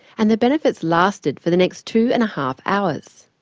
and the benefits lasted for the next two and a half hours.